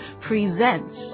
presents